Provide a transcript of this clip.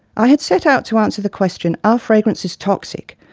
i had set out to answer the question are fragrances toxic?